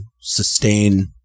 sustain